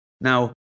Now